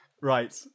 Right